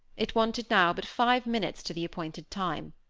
it wanted now but five minutes to the appointed time.